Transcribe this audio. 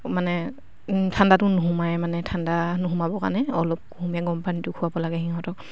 মানে ঠাণ্ডাটো নুসোমায় মানে ঠাণ্ডা নুসোমাবৰ কাৰণে অলপ কুহুমীয়া গৰমপানীটো খোৱাব লাগে সিহঁতক